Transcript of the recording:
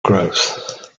growth